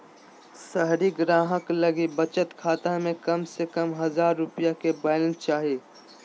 शहरी ग्राहक लगी बचत खाता में कम से कम हजार रुपया के बैलेंस चाही